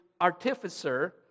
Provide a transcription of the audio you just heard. artificer